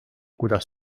kuidas